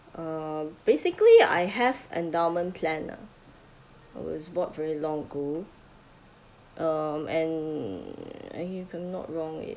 uh basically I have endowment plan lah it was bought very long ago um and if I not wrong it's